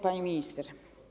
Pani Minister!